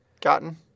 gotten